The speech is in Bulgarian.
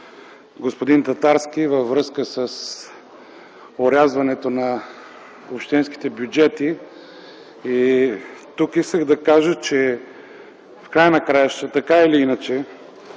господин Татарски във връзка с орязването на общинските бюджети. Тук исках да кажа, че така или иначе